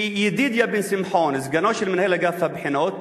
שידידיה בן-שמחון, סגנו של מנהל אגף הבחינות,